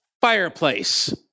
fireplace